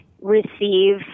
receive